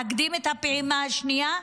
להקדים את הפעימה השנייה,